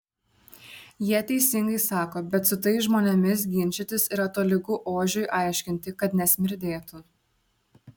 jie teisingai sako bet su tais žmonėmis ginčytis yra tolygu ožiui aiškinti kad nesmirdėtų